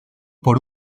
por